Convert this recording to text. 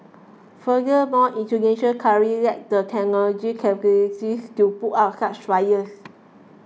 furthermore Indonesia currently lacks the technological capabilities to put out such fires